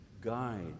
guide